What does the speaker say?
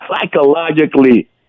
psychologically